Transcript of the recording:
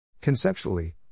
Conceptually